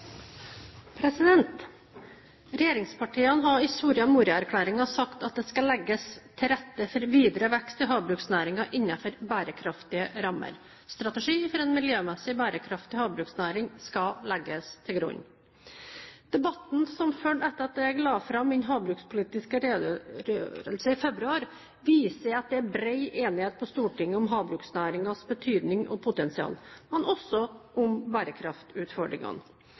Regjeringspartiene har i Soria Moria-erklæringen sagt at det skal legges til rette for videre vekst i havbruksnæringen innenfor bærekraftige rammer. Strategi for en miljømessig bærekraftig havbruksnæring skal legges til grunn. Debatten som fulgte etter at jeg la fram min havbrukspolitiske redegjørelse i februar, viser at det er bred enighet på Stortinget om havbruksnæringens betydning og potensial, men også om bærekraftutfordringene.